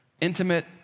intimate